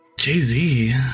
Jay-Z